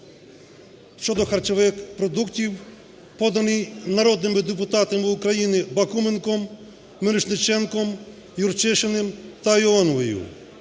щодо харчових продуктів, поданий народними депутатами України Бакуменком, Мірошніченком, Юрчишиним та Іоновою.